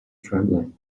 trembling